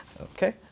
Okay